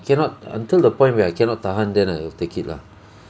cannot until the point where I cannot tahan then I'll take it lah